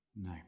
No